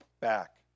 back